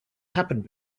happened